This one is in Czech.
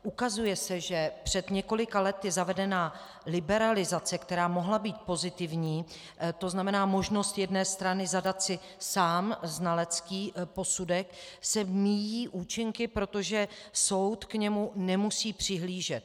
Ukazuje se, že před několika lety zavedená liberalizace, která mohla být pozitivní, to znamená možnost jedné strany zadat si sám znalecký posudek, se míjí účinky, protože soud k němu nemusí přihlížet.